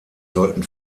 sollten